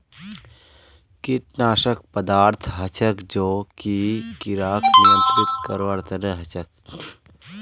कीटनाशक पदार्थ हछेक जो कि किड़ाक नियंत्रित करवार तना हछेक